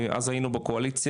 אז היינו בקואליציה,